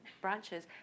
branches